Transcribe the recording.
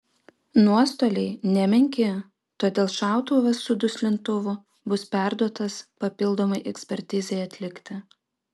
nuostoliai nemenki todėl šautuvas su duslintuvu bus perduotas papildomai ekspertizei atlikti